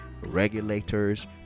regulators